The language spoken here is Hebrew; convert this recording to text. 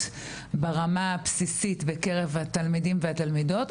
ברמה הבסיסית בקרב התלמידים והתלמידות,